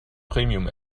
premium